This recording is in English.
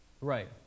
Right